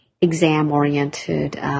exam-oriented